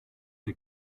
der